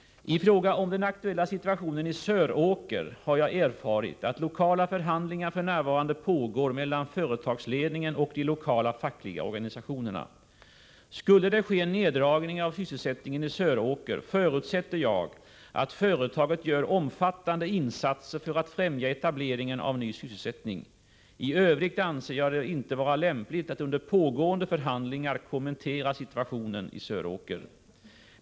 I fråga om den aktuella situationen i Söråker har jag erfarit att lokala förhandlingar f.n. pågår mellan företagsledningen och de lokala fackliga organisationerna. Skulle det ske neddragningar av sysselsättningen i Söråker förutsätter jag att företaget gör omfattande insatser för att främja etableringen av ny sysselsättning. I övrigt anser jag det inte vara lämpligt att under pågående förhandlingar kommentera situationen i Söråker.